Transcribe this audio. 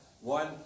One